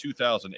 2008